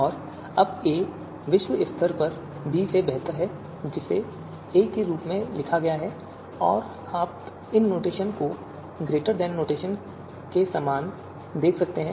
और अब a विश्व स्तर पर b से बेहतर है जिसे a के रूप में लिखा गया है और आप इन नोटेशन को ग्रेटर देन नोटेशन के समान देख सकते हैं